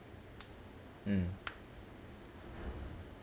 mm